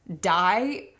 die